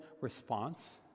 response